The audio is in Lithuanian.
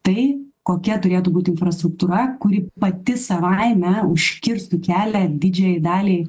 tai kokia turėtų būti infrastruktūra kuri pati savaime užkirstų kelią didžiajai daliai